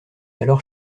alors